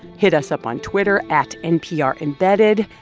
hit us up on twitter at nprembedded.